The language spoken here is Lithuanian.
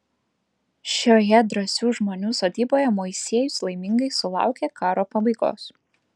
šioje drąsių žmonių sodyboje moisiejus laimingai sulaukė karo pabaigos